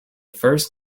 first